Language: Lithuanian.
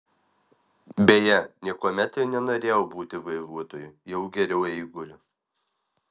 beje niekuomet ir nenorėjau būti vairuotoju jau geriau eiguliu